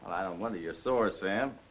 wonder you're sore, sam.